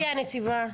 גברתי הנציבה,